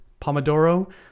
Pomodoro